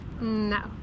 No